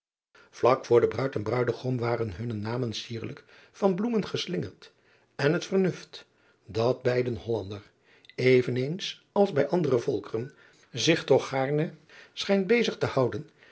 lak voor de ruid en ruidegom waren hunne namen sierlijk van bloemen geslingerd en het vernuft dat bijden ollander even eens als bij andere volkeren zich driaan oosjes zn et leven van aurits ijnslager toch gaarne schijnt bezig te houden